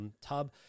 tub